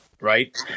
right